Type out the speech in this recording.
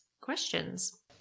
questions